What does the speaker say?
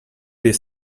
this